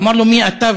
אמר לו: מי אתה,